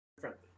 friendly